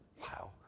wow